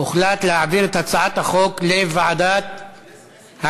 הוחלט להעביר את הצעת החוק לוועדת הכנסת,